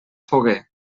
foguer